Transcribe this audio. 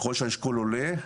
ככל שהאשכול עולה,